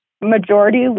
Majority